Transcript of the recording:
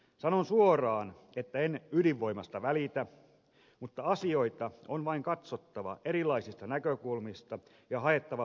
sanon suoraan että en ydinvoimasta välitä mutta asioita on vain katsottava erilaisista näkökulmista ja haettava parasta ratkaisua